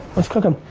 what's cooking?